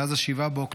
מאז 7 באוקטובר,